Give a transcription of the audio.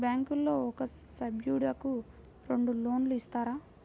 బ్యాంకులో ఒక సభ్యుడకు రెండు లోన్లు ఇస్తారా?